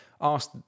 Asked